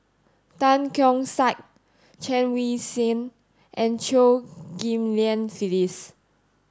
Tan Keong Saik Chen Wen Hsi and Chew Ghim Lian Phyllis